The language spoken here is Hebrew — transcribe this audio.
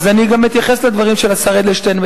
אז אני אתייחס גם לדברים של השר אדלשטיין.